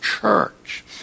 church